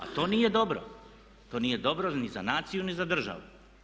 A to nije dobro, to nije dobro ni za naciju ni za državu.